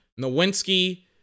Nowinski